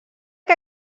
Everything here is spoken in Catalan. que